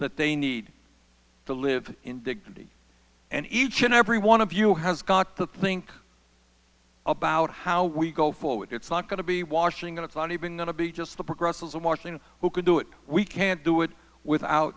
that they need to live in dignity and each and every one of you has got to think about how we go forward it's not going to be washington it's not even going to be just the progressives in washington who can do it we can't do it without